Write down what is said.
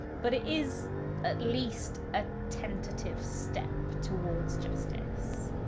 but it is at least a tentative step towards justice.